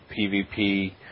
PVP